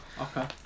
okay